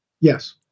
yes